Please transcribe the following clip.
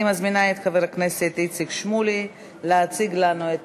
אני מזמינה את חבר הכנסת איציק שמולי להציג לנו,